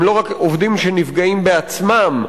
הם לא רק עובדים שנפגעים בעצמם,